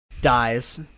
dies